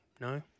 No